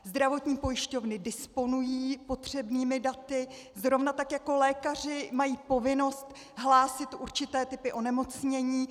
Zdravotní pojišťovny disponují potřebnými daty, zrovna tak jako lékaři mají povinnost hlásit určité typy onemocnění.